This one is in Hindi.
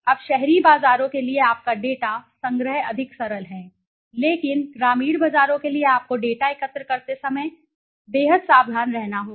अब शहरी बाजारों के लिए आपका डेटा संग्रह अधिक सरल है लेकिन ग्रामीण बाजारों के लिए आपको डेटा एकत्र करते समय बेहद सावधान रहना होगा